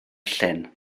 llyn